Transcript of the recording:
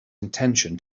intention